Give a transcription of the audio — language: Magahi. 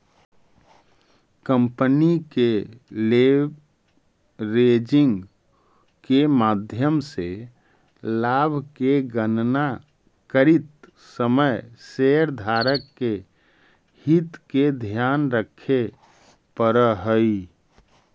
कंपनी के लेवरेजिंग के माध्यम से लाभ के गणना करित समय शेयरधारक के हित के ध्यान रखे पड़ऽ हई